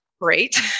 great